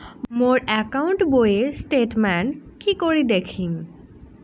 মোর account বইয়ের statement কি করি দেখিম?